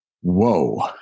Whoa